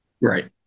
Right